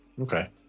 Okay